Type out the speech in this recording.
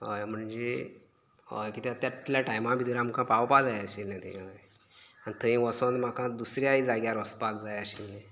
हय म्हणजे हय कित्याक त्या तितल्या टायमा भितर आमकां पावपाक जाय आशिल्लें थिंगा आनी थंय वोसोन म्हाका दुसऱ्याय जाग्यार वचपाक जाय आशिल्लें